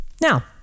Now